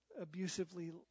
abusively